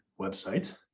website